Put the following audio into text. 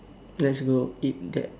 let's go eat that